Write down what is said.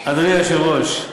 אדוני היושב-ראש,